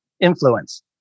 influence